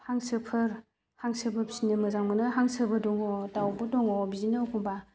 हांसोफोर हांसोबो फिसिनो मोजां मोनो हांसोबो दङ दाउबो दङ बिदिनो एखनबा